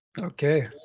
okay